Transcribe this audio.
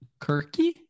Kirky